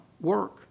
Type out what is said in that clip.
work